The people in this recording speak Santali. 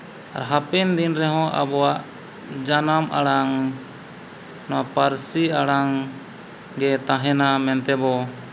ᱟᱨ ᱦᱟᱯᱮᱱ ᱫᱤᱱ ᱨᱮᱦᱚᱸ ᱟᱵᱚᱣᱟᱜ ᱡᱟᱱᱟᱢ ᱟᱲᱟᱝ ᱱᱚᱣᱟ ᱯᱟᱹᱨᱥᱤ ᱟᱲᱟᱝᱜᱮ ᱛᱟᱦᱮᱱᱟ ᱢᱮᱱᱛᱮ ᱵᱚ